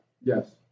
Yes